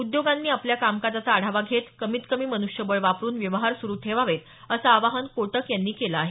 उद्योगांनी आपल्या कामकाजाचा आढावा घेत कमीत कमी मनुष्यबळ वापरून व्यवहार सुरू ठेवावेत असं आवाहन कोटक यांनी केलं आहे